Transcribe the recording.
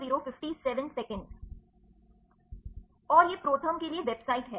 ओह यह प्रोथर्म के लिए वेबसाइट है